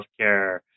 healthcare